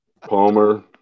Palmer